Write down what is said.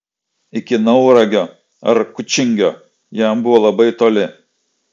iki nauragio ar kučingio jam buvo labai toli